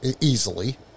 easily